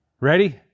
Ready